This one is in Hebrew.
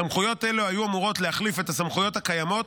סמכויות אלה היו אמורות להחליף את הסמכויות הקיימות